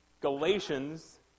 Galatians